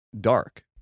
dark